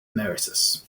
emeritus